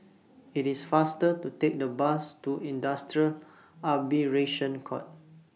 IT IS faster to Take The Bus to Industrial Arbitration Court